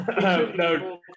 No